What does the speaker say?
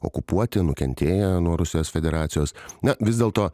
okupuoti nukentėję nuo rusijos federacijos na vis dėlto